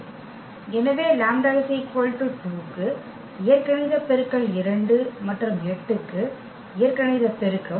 எனவே λ 2 க்கு இயற்கணித பெருக்கல் 2 மற்றும் 8 க்கு இயற்கணித பெருக்கம்